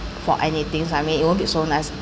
for any things I mean it won't be so nice